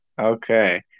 Okay